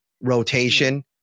rotation